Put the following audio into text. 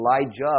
Elijah